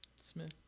Smith